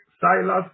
Silas